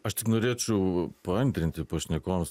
aš tik norėčiau paantrinti pašnekovams